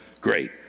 great